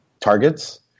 targets